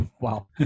Wow